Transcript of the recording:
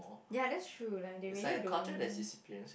ya that's true like they really don't